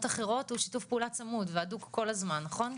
אחרות הוא שיתוף פעולה צמוד והדוק כל הזמן נכון?